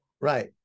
right